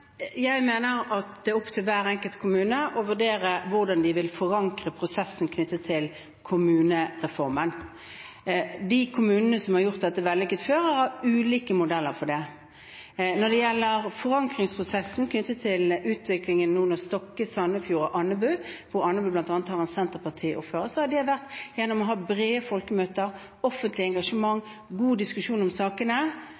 Jeg mener at det er opp til hver enkelt kommune å vurdere hvordan de vil forankre prosessen knyttet til kommunereformen. De kommunene som har gjort dette på en vellykket måte før, har hatt ulike modeller for dette. Når det gjelder forankringsprosessen knyttet til kommunesammenslåingen av Stokke, Sandefjord og Andebu – Andebu har en senterpartiordfører – har det blitt gjort gjennom å ha brede folkemøter, offentlig engasjement og god diskusjon om sakene, for å få opplyst saken